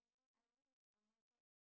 I only mention on my side